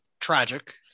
tragic